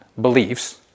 beliefs